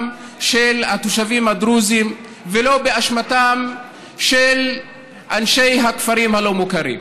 של התושבים הדרוזים ולא באשמתם של אנשי הכפרים הלא-מוכרים.